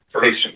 patient